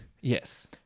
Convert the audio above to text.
Yes